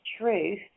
truth